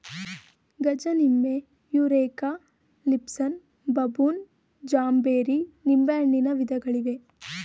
ಗಜನಿಂಬೆ, Eureka, Lisbon, Baboon, ಜಾಂಬೇರಿ ನಿಂಬೆಹಣ್ಣಿನ ವಿಧಗಳಿವೆ